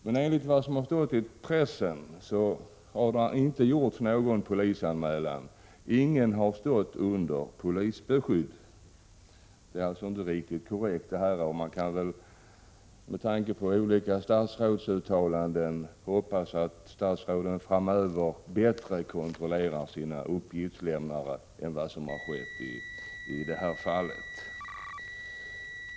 Men enligt vad som har stått i pressen har ingen polisanmälan gjorts. Ingen har stått under polisbeskydd. Det här talet är alltså inte riktigt korrekt. Med tanke på olika statsrådsuttalanden kan man väl hoppas att statsråden framöver bättre kontrollerar sina uppgiftslämnare än vad som har skett i det här fallet.